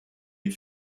die